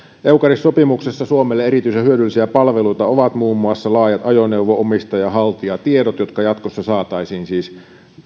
eucaris sopimuksessa suomelle erityisen hyödyllisiä palveluita ovat muun muassa laajat ajoneuvo omistaja ja haltijatiedot jotka jatkossa saataisiin siis